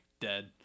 dead